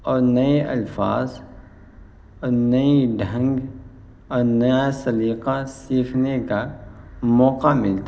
اور نئے الفاظ اور نئی ڈھنگ اور نیا سلیقہ سیکھنے کا موقع ملتا ہے